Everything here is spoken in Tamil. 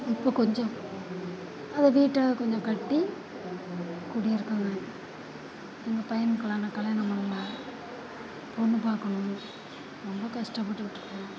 இப்போ கொஞ்சம் அதை வீடா கொஞ்சம் கட்டி குடி இருக்கேங்க எங்கள் பையனுக்கெலாம் இன்னும் கல்யாணம் பண்ணலை பொண்ணு பார்க்கணும் ரொம்ப கஷ்டப்பட்டுட்ருக்கோம்